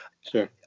Sure